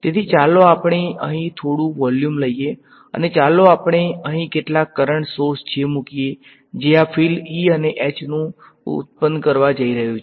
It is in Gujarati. તેથી ચાલો આપણે અહીં થોડું વોલ્યુમ લઈએ અને ચાલો આપણે અહીં કેટલાક કરંટ સોર્સ J મૂકીએ જે આ ફીલ્ડ E અને H નું ઉત્પાદન કરવા જઈ રહ્યું છે